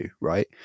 right